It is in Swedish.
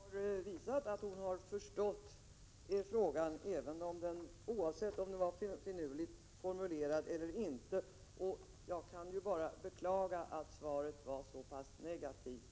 Fru talman! Statsrådet Thalén har visat att hon har förstått frågan, oavsett om den var finurligt formulerad eller inte. Jag kan ju bara beklaga att svaret var så pass negativt.